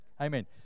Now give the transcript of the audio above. Amen